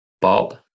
Bob